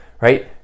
right